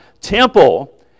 temple